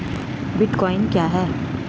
Bitcoin क्या है?